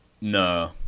no